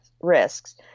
risks